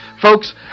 folks